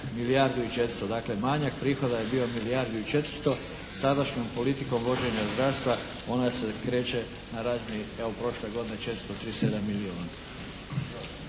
milijardu i 400. Dakle manjak prihoda je bio milijardu i 400. Sadašnjom politikom vođenja zdravstva ona se kreće na razini evo prošle godine 437 milijuna.